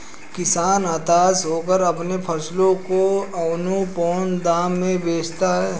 किसान हताश होकर अपने फसलों को औने पोने दाम में बेचता है